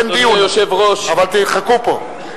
אין דיון, אבל תחכו פה.